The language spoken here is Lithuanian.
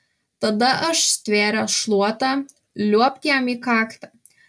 tada aš stvėręs šluotą liuobt jam į kaktą